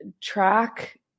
track